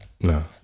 No